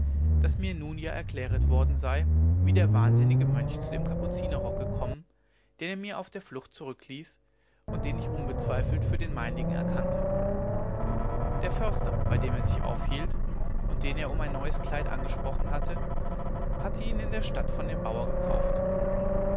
daß mir nun ja erklärt worden sei wie der wahnsinnige mönch zu dem kapuzinerrock gekommen den er mir auf der flucht zurückließ und den ich unbezweifelt für den meinigen erkannte der förster bei dem er sich aufhielt und den er um ein neues kleid angesprochen hatte ihn in der stadt von dem bauer gekauft